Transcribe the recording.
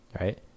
Right